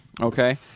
Okay